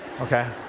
Okay